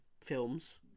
films